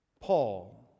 Paul